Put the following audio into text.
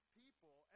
people